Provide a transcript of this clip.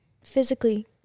Physically